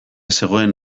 zegoen